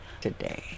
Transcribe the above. today